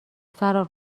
فرار